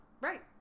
right